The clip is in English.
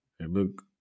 Look